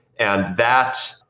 and that,